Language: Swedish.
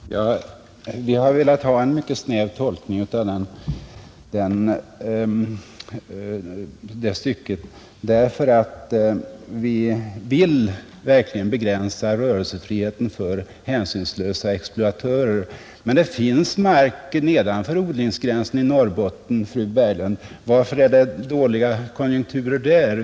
Herr talman! Vi har velat ha en mycket snäv tolkning av 26 § därför att vi verkligen vill begränsa rörelsefriheten för hänsynslösa exploatörer. Men det finns mark nedanför odlingsgränsen i Norrbotten, fru Berglund. Varför är det dåliga konjunkturer där?